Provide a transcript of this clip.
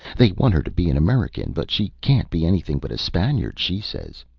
they want her to be an american, but she can't be anything but a spaniard, she says.